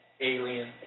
Alien